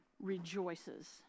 rejoices